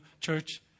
church